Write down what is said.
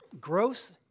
growth